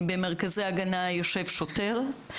במרכזי ההגנה יושב שוטר,